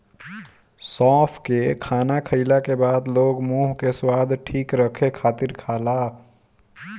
सौंफ के खाना खाईला के बाद लोग मुंह के स्वाद ठीक रखे खातिर खाला